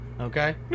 okay